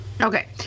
Okay